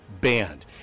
banned